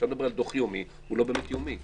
כשאתה מדבר על דוח יומי הוא לא באמת יומי.